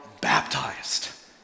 baptized